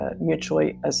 Mutually